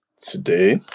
today